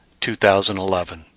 2011